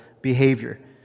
behavior